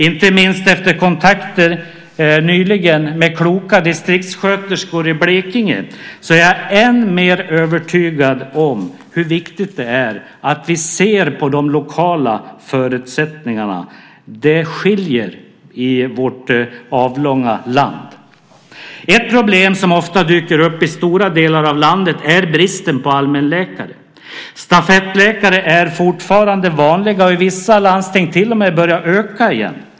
Inte minst efter kontakter nyligen med kloka distriktssköterskor i Blekinge är jag än mer övertygad om hur viktigt det är att vi ser till de lokala förutsättningarna. De skiljer sig åt i vårt avlånga land. Ett problem som ofta dyker upp i stora delar av landet är bristen på allmänläkare. Stafettläkare är fortfarande vanliga och börjar i vissa landsting till och med öka igen.